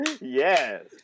Yes